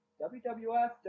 WWF